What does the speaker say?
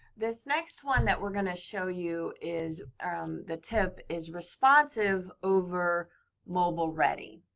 this next one that we're going to show you is the tip is responsive over mobile ready.